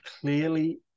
clearly